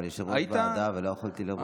אבל הייתי יושב-ראש ועדה ולא יכולתי לבוא.